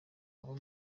abo